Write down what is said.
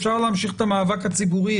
אפשר להמשיך את המאבק הציבורי,